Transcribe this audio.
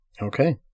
Okay